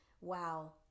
Wow